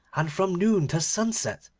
and from noon to sunset.